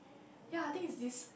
ya I think it's this